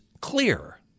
clear